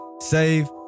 save